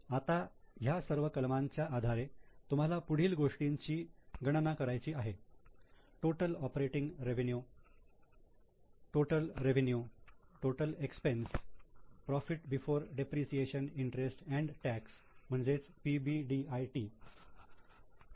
आता या सर्व कलमांच्या आधारे तुम्हाला पुढील गोष्टींची गणना करायची आहे total operating revenue total revenue total expense profit before depreciation interest and tax P